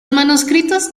manuscritos